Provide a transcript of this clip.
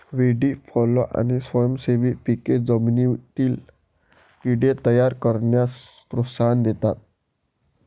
व्हीडी fallow आणि स्वयंसेवी पिके जमिनीतील कीड़े तयार करण्यास प्रोत्साहन देतात